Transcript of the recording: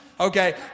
Okay